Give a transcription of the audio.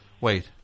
Wait